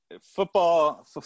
football